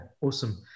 awesome